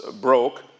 broke